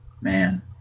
Man